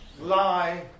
lie